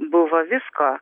buvo visko